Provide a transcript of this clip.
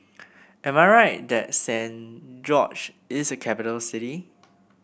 am I right that Saint George is a capital city